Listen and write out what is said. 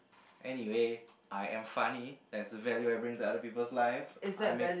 anyway I am funny that is value I bring to other peoples' lives I make